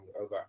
over